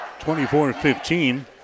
24-15